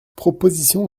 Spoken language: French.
proposition